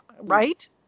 Right